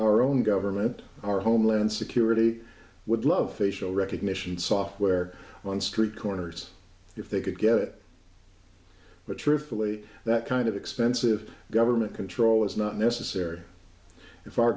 our own government our homeland security would love facial recognition software on street corners if they could get it but truthfully that kind of expensive government control is not necessary if our